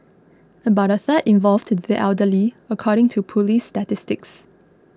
about a third involved the elderly according to police statistics